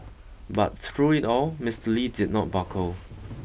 but through it all Mister Lee did not buckle